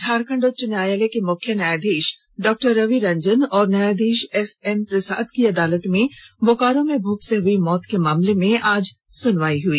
झारखंड उच्च न्यायालय के मुख्य न्यायधीश डॉ रवि रंजन और न्यायधीश एसएन प्रसाद की अदालत में बोकोरो में भूख से हुई मौत के मामले में आज सुनवाई हुई